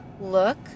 Look